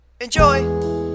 Enjoy